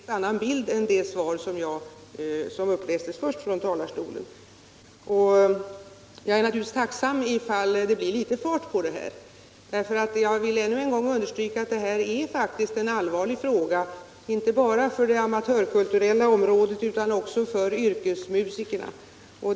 Herr talman! Den senaste utläggningen från statsrådet ger en helt annan bild än det svar som upplästes först från talarstolen. Jag är naturligtvis tacksam om det blir litet fart på den här saken. Jag vill än en gång understryka att det här faktiskt är en allvarlig fråga — inte bara för det amatörkulturella området utan också för yrkesmusikerna.